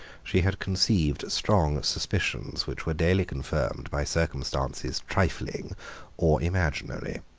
she had conceived strong suspicions which were daily confirmed by circumstances trifling or imaginary.